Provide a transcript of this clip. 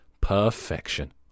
perfection